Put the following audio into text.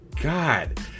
God